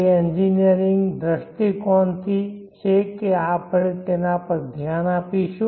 તે એન્જિનિયરિંગ દ્રષ્ટિકોણથી છે કે આપણે તેના પર ધ્યાન આપીશું